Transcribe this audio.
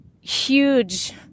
huge